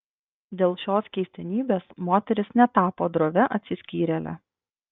dėl šios keistenybės moteris netapo drovia atsiskyrėle